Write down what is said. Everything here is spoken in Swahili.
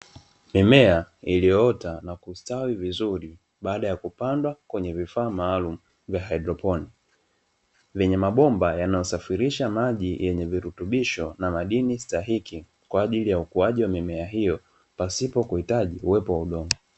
Mimea iliyoota na kustawi vizuri baada ya kupandwa kwenye vifaa maalumu vya haidroponi, vyenye mabomba yanayosafirisha maji yenye virutubisho na madini stahiki kwa ajili ya ukuaji wa mimea hiyo pasipo kuhitaji uwepo wa udongo.